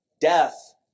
Death